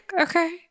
okay